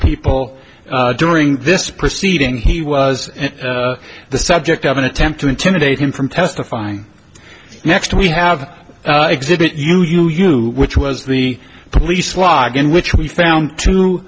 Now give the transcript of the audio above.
people during this proceeding he was the subject of an attempt to intimidate him from testifying next we have exhibit you you you which was the police log in which we found t